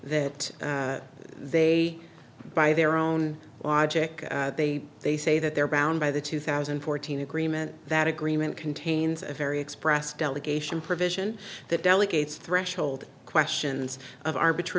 that they by their own logic they they say that they're bound by the two thousand and fourteen agreement that agreement contains a very expressed delegation provision that delegates threshold questions of arbitrary